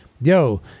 yo